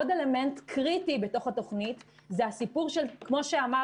עוד אלמנט קריטי בתוך התוכנית זה כמו שאמר